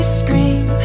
scream